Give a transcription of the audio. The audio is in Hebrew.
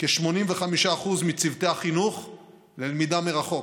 כ-85% מצוותי החינוך ללמידה מרחוק,